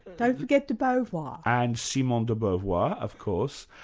don't forget de beauvoir. and simone de beauvoir, of course.